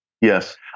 yes